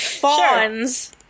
Fawns